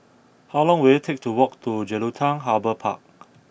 how long will it take to walk to Jelutung Harbour Park